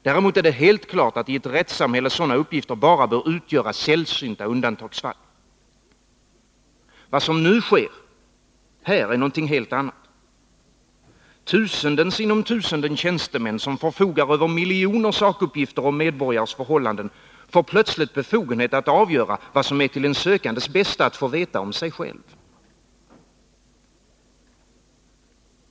Däremot är det helt klart att i ett rättssamhälle sådana uppgifter bara bör utgöra sällsynta undantagsfall. Vad som nu sker är något helt annat. Tusenden sinom tusenden tjänstemän, som förfogar över miljoner sakuppgifter om medborgares förhållanden, får plötsligt befogenhet att avgöra vad som är till den sökandes bästa att få veta om sig själv.